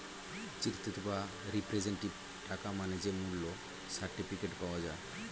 চিত্রিত বা রিপ্রেজেন্টেটিভ টাকা মানে যে মূল্য সার্টিফিকেট পাওয়া যায়